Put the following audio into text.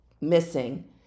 missing